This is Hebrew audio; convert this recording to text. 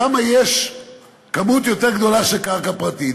שם יש כמות יותר גדולה של קרקע פרטית.